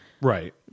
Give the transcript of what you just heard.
Right